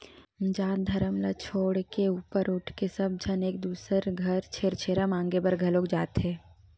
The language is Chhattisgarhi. जात धरम ल छोड़ के ऊपर उठके सब झन एक दूसर घर छेरछेरा मागे बर घलोक जाथे